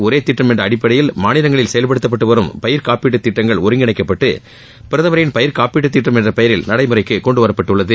ஒரே திட்டம் என்ற அடிப்படையில் மாநிலங்களில் செயல்படுத்தப்பட்டு வரும் பயிர் காப்பீட்டுத் திட்டங்கள் ஒருங்கிணைக்கப்பட்டு பிரதமரின் பயிர் காப்பீட்டுத் திட்டம் என்ற பெயரில் நடைமுறைக்கு கொண்டுவரப்பட்டுள்ளது